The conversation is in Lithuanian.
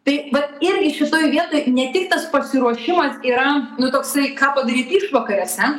tai vat irgi šitoj vietoj ne tik tas pasiruošimas yra nu toksai ką padaryt išvakarėse